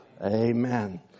Amen